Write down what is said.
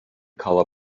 colour